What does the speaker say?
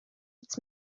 its